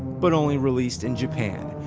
but only released in japan.